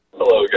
hello